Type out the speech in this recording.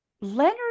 Leonard